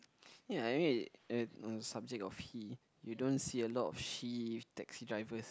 ya I mean something of he you don't see a lot of she taxi drivers